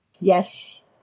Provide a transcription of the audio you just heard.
yes